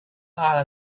على